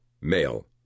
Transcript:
Male